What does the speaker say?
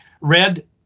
Red